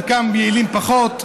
חלקם יעילים פחות.